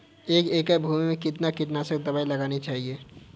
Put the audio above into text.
एक एकड़ भूमि में कितनी कीटनाशक दबाई लगानी चाहिए?